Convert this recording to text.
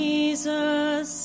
Jesus